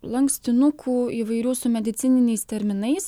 lankstinukų įvairių su medicininiais terminais